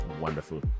wonderful